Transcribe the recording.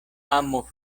amo